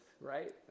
right